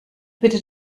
bitte